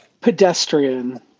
pedestrian